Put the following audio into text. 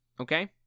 Okay